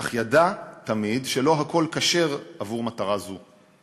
אך ידע תמיד שלא הכול כשר עבור מטרה זו.